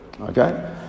Okay